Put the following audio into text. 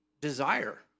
desire